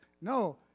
no